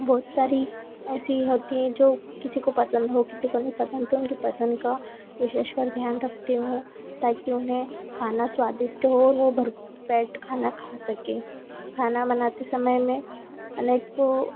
बहुत सारी ऐसी होती है जो किसी पसंद हो किसी को नहीं पसंद तो उनकी पसंद का विशेषकर ध्यान रखती हूँ ताकि उन्हें खाना स्वादिष्ट हो और वो भर पेट खाना खा सकें खाना बनाते समय मैं अनेकों